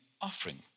offering